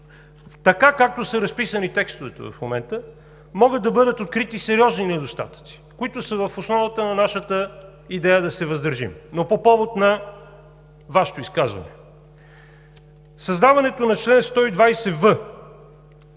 Така, както са разписани текстовете в момента, могат да бъдат открити сериозни недостатъци, които са в основата на нашата идея да се въздържим. Но по повод на Вашето изказване, създаването на чл. 120в